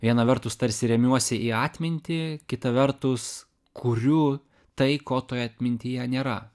viena vertus tarsi remiuosi į atmintį kita vertus kuriu tai ko toje atmintyje nėra